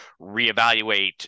reevaluate